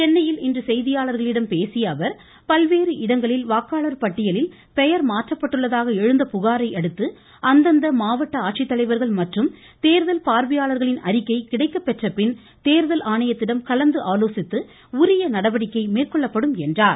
சென்னையில் இன்று செய்தியாளர்களிடம் பேசிய அவர் பல்வேறு இடங்களில் வாக்காளர் பட்டியலில் பெயர் மாற்றப்பட்டுள்ளதாக எழுந்த புகாரை அடுத்து அந்தந்த மாவட்ட ஆட்சித்தலைவர்கள் மற்றும் தேர்தல் பார்வையாளர்களின் அறிக்கை கிடைக்கப் பெற்றபின் தேர்தல் ஆணையத்திடம் கலந்து ஆலோசித்து உரிய நடவடிக்கை மேற்கொள்ளப்படும் என்றார்